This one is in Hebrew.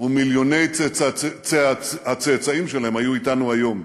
ומיליוני הצאצאים שלהם היו אתנו היום.